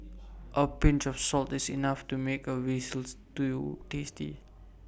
A pinch of salt is enough to make A Veal Stew tasty